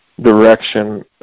direction